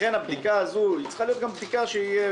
לכן הבדיקה הזאת צריכה לכלול את זה,